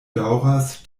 daŭras